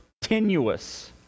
tenuous